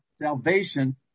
salvation